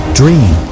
dream